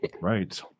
Right